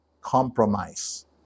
compromise